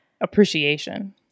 appreciation